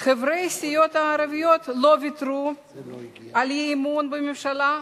חברי הסיעות הערביות לא ויתרו על אי-אמון בממשלה,